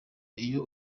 iyo